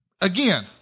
Again